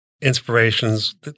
inspirations